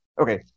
Okay